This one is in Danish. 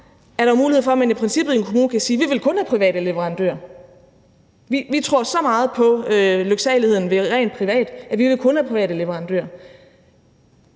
er der mulighed for, at de i en kommune i princippet kan sige, at de kun vil have private leverandører, og at de tror så meget på lyksaligheden ved det rent private, at de kun vil have private leverandører.